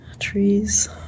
trees